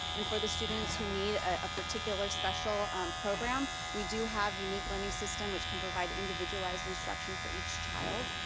and for the students who need a particular special program, we do have unique learning system which can provide individualized instruction for each child,